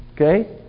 Okay